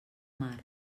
mar